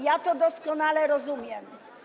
Ja to doskonale rozumiem.